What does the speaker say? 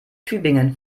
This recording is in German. tübingen